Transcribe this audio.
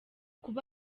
kuba